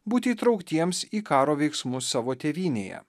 būti įtrauktiems į karo veiksmus savo tėvynėje